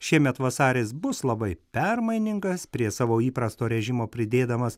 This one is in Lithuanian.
šiemet vasaris bus labai permainingas prie savo įprasto režimo pridėdamas